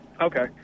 Okay